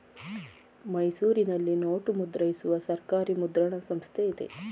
ಮೈಸೂರಿನಲ್ಲಿ ನೋಟು ಮುದ್ರಿಸುವ ಸರ್ಕಾರಿ ಮುದ್ರಣ ಸಂಸ್ಥೆ ಇದೆ